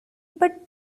but